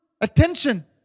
attention